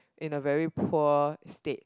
in a very poor state